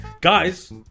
Guys